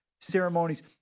ceremonies